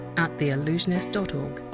at theallusionist dot o